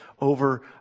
over